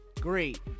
Great